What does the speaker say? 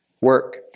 work